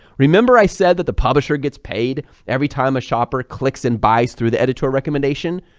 remember, i said that the publisher gets paid every time a shopper clicks and buys through the editorial recommendation.